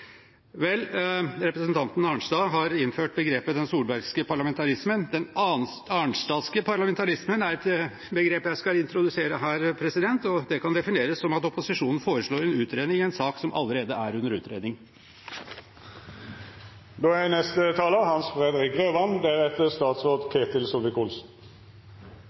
Vel, representanten Arnstad har innført begrepet den solbergske parlamentarismen. Den arnstadske parlamentarismen er et begrep jeg skal introdusere her, og det kan defineres som at opposisjonen foreslår en utredning i en sak som allerede er under utredning.